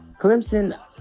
Clemson